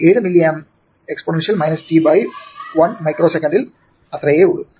7 milliamps exponential t by 1 micro സെക്കന്റിൽ 7mAe t 1µs അത്രയേയുള്ളൂ